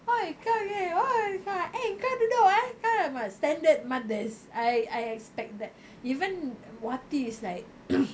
why I come here !oi! kau eh kau duduk eh !alamak! standard mothers I I expect that even wati is like